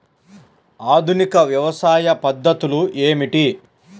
ఆధునిక వ్యవసాయ పద్ధతులు ఏమిటి?